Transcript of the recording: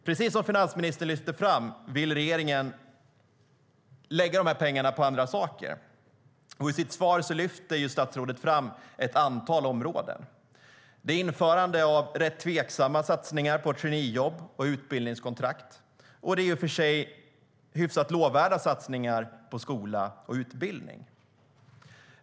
Precis som finansministern lyfte fram vill regeringen lägga de här pengarna på andra saker. I sitt svar lyfter statsrådet fram ett antal områden. Det är införande av rätt tveksamma satsningar på traineejobb och utbildningskontrakt, och det är i och för sig hyfsat lovvärda satsningar på skola och utbildning.